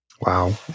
Wow